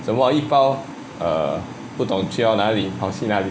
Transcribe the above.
这么一包:zhe me yi baoo err 不懂去到哪里跑去哪里